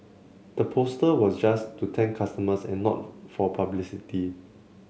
the poster was just to thank customers and not for publicity